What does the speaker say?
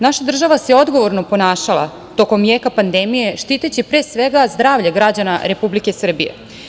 Naša država se odgovorno ponašala tokom jeka pandemije, štiteći pre svega zdravlje građana Republike Srbije.